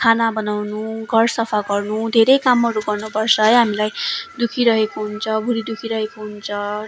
खाना बनाउनु घर सफा गर्नु धेरै कामहरू गर्नुपर्छ है हामलाई दुखिरहेको हुन्छ भुँडी दुखिरहेको हुन्छ